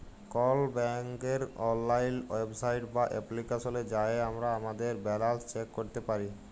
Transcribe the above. call ব্যাংকের অললাইল website বা এপ্লিকেশলে যাঁয়ে আমরা আমাদের ব্যাল্যাল্স চ্যাক ক্যইরতে পারি